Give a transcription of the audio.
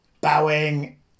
bowing